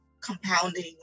compounding